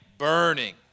burning